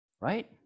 right